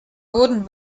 wurden